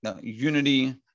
unity